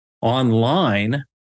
online